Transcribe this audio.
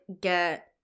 get